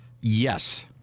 Yes